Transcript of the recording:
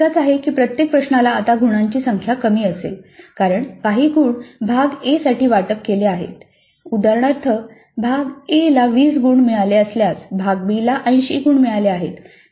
फरक इतकाच आहे की प्रत्येक प्रश्नाला आता गुणांची संख्या कमी असेल कारण काही गुण भाग ए साठी वाटप केले गेले आहेत उदाहरणार्थ भाग एला 20 गुण मिळाले असल्यास भाग बी ला केवळ 80 गुण मिळाले आहेत